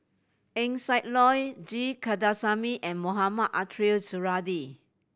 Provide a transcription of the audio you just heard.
Eng Siak Loy G Kandasamy and Mohamed Ariff Suradi